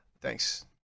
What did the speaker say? thanks